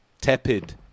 tepid